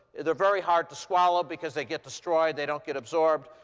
they're very hard to swallow, because they get destroyed. they don't get absorbed.